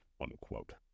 unquote